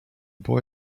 boy